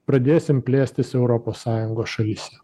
pradėsim plėstis europos sąjungos šalyse